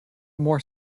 more